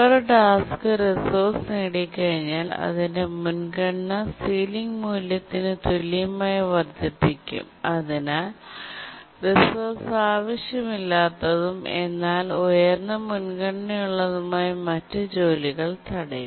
ഒരു task resource നേടി കഴിഞ്ഞാൽ അതിന്റെ മുൻഗണന സീലിംഗ് മൂല്യത്തിന് തുല്യമായി വർദ്ധിപ്പിക്കും അതിനാൽ റിസോഴ്സ് ആവശ്യമില്ലാത്തതും എന്നാൽ ഉയർന്ന മുൻഗണനയുള്ളതുമായ മറ്റ് ജോലികൾ തടയും